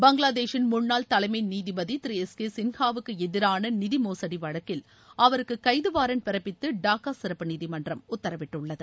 பங்களாதேஷின் முன்னாள் தலைமை நீதிபதி திரு எஸ் கே சின்ஹாவுக்கு எதிரான நிதிமோசுடி வழக்கில் அவருக்கு கைது வாரண்ட் பிறப்பித்து டாக்கா சிறப்பு நீதிமன்றம் உத்தரவிட்டுள்ளது